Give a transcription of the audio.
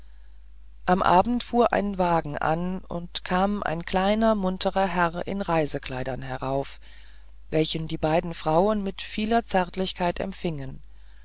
am abend fuhr ein wagen an und kam ein kleiner munterer herr in reisekleidern herauf welchen die beiden frauen mit vieler zärtlichkeit empfingen